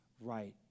right